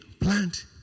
plant